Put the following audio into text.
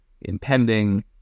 impending